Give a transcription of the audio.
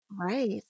Right